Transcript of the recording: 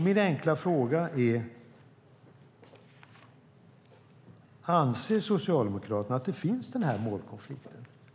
Min enkla fråga är: Anser Socialdemokraterna att den här målkonflikten finns?